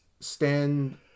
stand